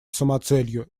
самоцелью